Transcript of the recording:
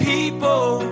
People